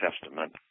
Testament